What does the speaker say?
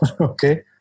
okay